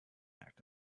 act